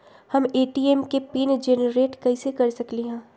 हम ए.टी.एम के pin generate कईसे कर सकली ह?